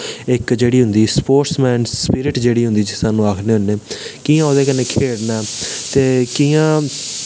इक जेह्ड़ी होंदी स्पोर्टस मैन सपिर्ट होंदी जिस्सी अस आखने होन्ने कि'यां ओह्दे कन्नै खेढना ऐ ते कि'यां